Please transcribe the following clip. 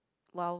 !wow!